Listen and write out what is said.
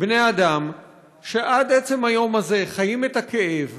בני אדם, שעד עצם היום הזה חיים את הכאב